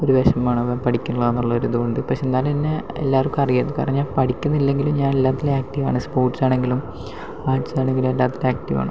ഒരു വിഷമമാണ് അവൻ പഠിക്കണില്ലായെന്നൊരു ഇത് കൊണ്ട് പക്ഷേ എന്നാലും എന്നെ എല്ലാവർക്കും അറിയാം കാരണം ഞാൻ പഠിക്കുന്നില്ലെങ്കിലും ഞാൻ എല്ലാത്തിലും ആക്റ്റീവാണ് സ്പോർട്സാണെങ്കിലും ആർട്സാണെങ്കിലും എല്ലാത്തിലും ആക്റ്റീവാണ്